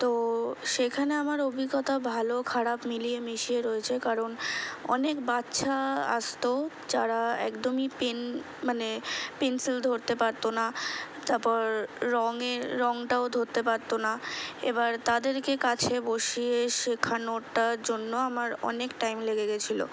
তো সেখানে আমার অভিজ্ঞতা ভালো খারাপ মিলিয়ে মিশিয়ে রয়েছে কারণ অনেক বাচ্চা আসতো যারা একদমই পেন মানে পেন্সিল ধরতে পারতো না তাপর রঙে রঙটাও ধরতে পারত না এবার তাদেরকে কাছে বসিয়ে শেখানোটা জন্য আমার অনেক টাইম লেগে গেছিলো